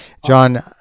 John